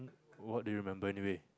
what do you remember anyway